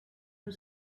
her